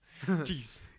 jeez